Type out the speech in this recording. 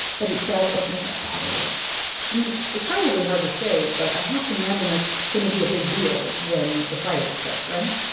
but it does open us up to other risks i mean, it's probably hard to say. but i have to imagine that's going to be a big deal when the fires start, right?